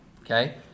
okay